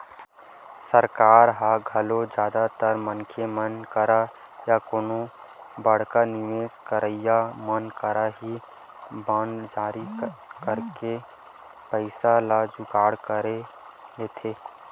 सरकार ह घलो जादातर मनखे मन करा या कोनो बड़का निवेस करइया मन करा ही बांड जारी करके पइसा के जुगाड़ कर लेथे